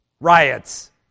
riots